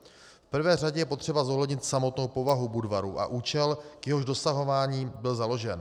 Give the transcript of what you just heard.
V prvé řadě je potřeba zohlednit samotnou povahu Budvaru a účel, k jehož dosahování byl založen.